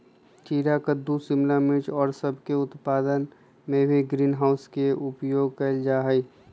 खीरा कद्दू शिमला मिर्च और सब के उत्पादन में भी ग्रीन हाउस के उपयोग कइल जाहई